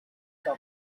cup